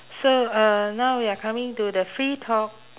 so uh now we are coming to the free talk